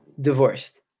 divorced